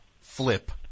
Flip